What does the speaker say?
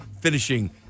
finishing